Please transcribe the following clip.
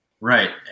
right